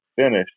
finish